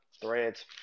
Threads